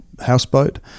houseboat